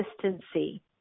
consistency